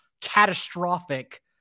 catastrophic